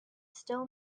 still